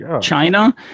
China